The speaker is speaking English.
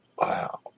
wow